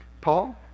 Paul